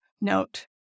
note